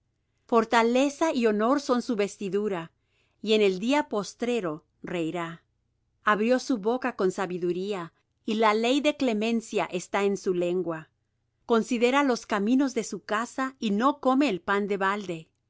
fortaleza y honor son su vestidura y en el día postrero reirá abrió su boca con sabiduría y la ley de clemencia está en su lengua considera los caminos de su casa y no come el pan de balde